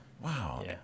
Wow